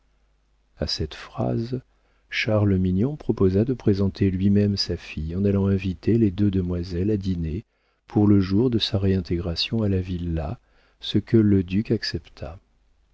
a cette phrase charles mignon proposa de présenter lui-même sa fille en allant inviter les deux demoiselles à dîner pour le jour de sa réintégration à la villa ce que le duc accepta